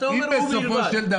אתה אומר: ובלבד.